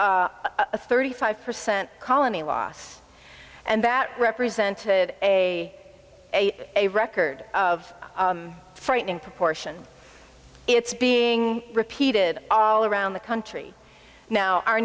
a thirty five percent colony loss and that represented a a a record of frightening proportion it's being repeated all around the country now